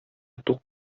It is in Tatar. тук